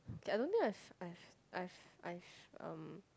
okay I don't think I have I have I have I haeve um